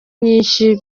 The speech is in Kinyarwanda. nyinshi